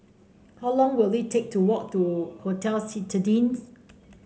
how long will it take to walk to Hotel Citadines